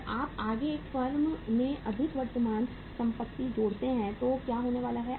और आप आगे एक ही फर्म में अधिक वर्तमान संपत्ति जोड़ते हैं तो क्या होने वाला है